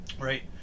right